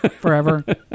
forever